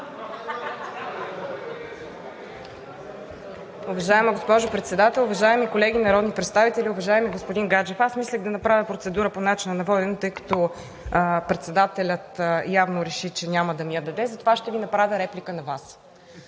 Уважаема госпожо Председател, уважаеми колеги народни представители! Уважаеми господин Гаджев, мислех да направя процедура по начина на водене, тъй като председателят явно реши, че няма да ми я даде, затова ще Ви направя реплика на Вас.